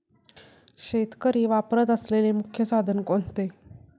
शेतकरी वापरत असलेले मुख्य साधन कोणते?